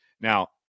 Now